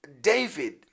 David